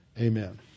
Amen